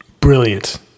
Brilliant